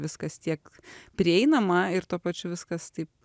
viskas tiek prieinama ir tuo pačiu viskas taip